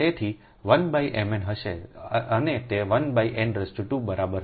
તેથી તે 1 n હશે